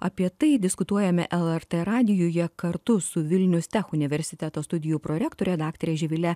apie tai diskutuojame lrt radijuje kartu su vilnius tech universiteto studijų prorektore daktare živile